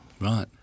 Right